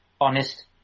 honest